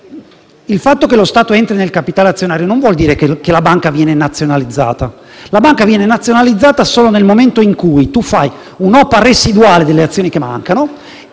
il fatto che lo Stato entri nel capitale azionario non vuol dire che la banca viene nazionalizzata. La banca viene nazionalizzata solo nel momento in cui lo Stato fa un'OPA residuale delle azioni che mancano